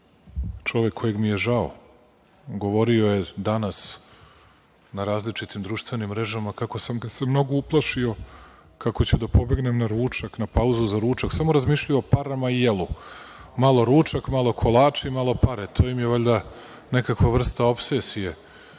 čovek kojeg mi je žao, govorio je danas na različitim društvenim mrežama kako sam ga se mnogo uplašio, kako ću da pobegnem na ručak, na pauzu za ručak. Samo razmišljaju o parama i jelu. Malo ručak, malo kolači, malo pare. To im je valjda nekakva vrsta opsesije,